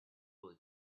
will